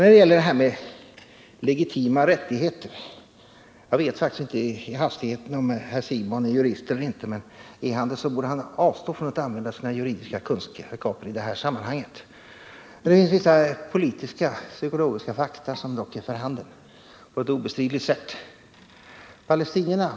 Sedan till detta med legitima rättigheter. Jag vet faktiskt inte i hastigheten om herr Siegbahn är jurist eller inte, men är han det så borde han avstå från att använda sina juridiska kunskaper i detta sammanhang. Det finns vissa politiska, psykologiska fakta som dock är för handen på ett obestridligt sätt.